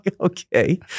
okay